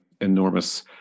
enormous